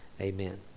Amen